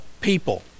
people